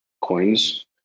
coins